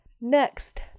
Next